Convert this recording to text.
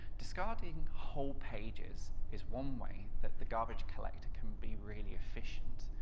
discarding whole pages is one way that the garbage collector can be really efficient.